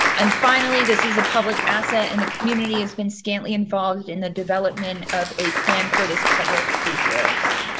and finally, this is a public asset. and the community has been scantily involved in the development of a plan for this public resource.